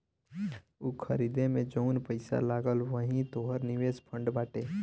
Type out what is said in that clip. ऊ खरीदे मे जउन पैसा लगल वही तोहर निवेश फ़ंड बाटे